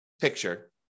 picture